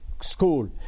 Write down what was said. School